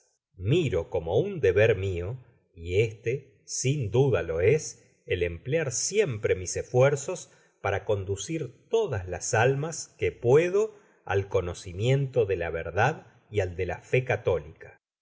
miro como un deber mio y este sin duda lo es el mplear siempre mis esfuerzos para conducir todas las almas que puedo al conocimiento de la verdad y al de la fé católica